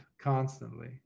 constantly